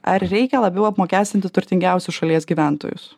ar reikia labiau apmokestinti turtingiausius šalies gyventojus